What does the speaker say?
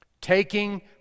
Taking